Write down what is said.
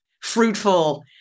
fruitful